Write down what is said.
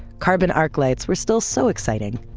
carbon arc lights were still so exciting.